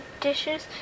dishes